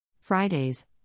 Fridays